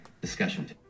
discussion